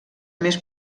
més